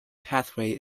pathway